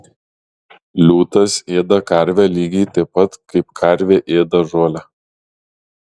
liūtas ėda karvę lygiai taip pat kaip karvė ėda žolę